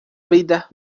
vida